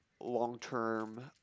long-term